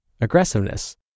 aggressiveness